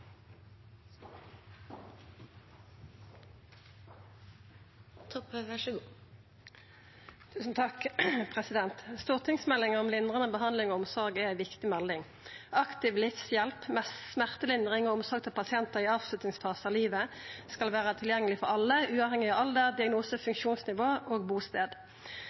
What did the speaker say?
ei viktig melding. Aktiv livshjelp, smertelindring og omsorg til pasientar i avslutningsfasen av livet skal vera tilgjengeleg for alle, uavhengig av alder, diagnose, funksjonsnivå og bustad.